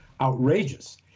outrageous